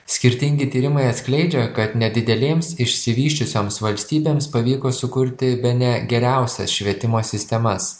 skirtingi tyrimai atskleidžia kad nedidelėms išsivysčiusioms valstybėms pavyko sukurti bene geriausias švietimo sistemas